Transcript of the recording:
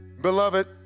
Beloved